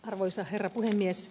arvoisa herra puhemies